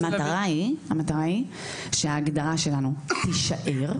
המטרה היא שההגדרה שלנו תישאר.